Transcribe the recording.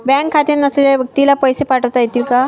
Bank खाते नसलेल्या व्यक्तीला पैसे पाठवता येतील का?